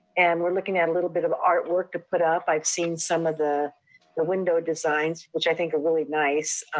and we're looking at a little bit of art work to put up. i've seen some of the the window designs, which i think are really nice.